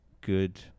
good